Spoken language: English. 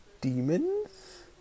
demons